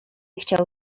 chciał